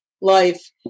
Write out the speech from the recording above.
life